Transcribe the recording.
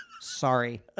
Sorry